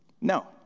No